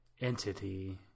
entity